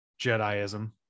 Jediism